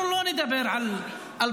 אנחנו לא נדבר על 2015,